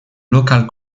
local